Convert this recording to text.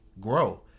grow